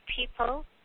people